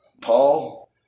Paul